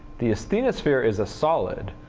the asthenosphere is a solid.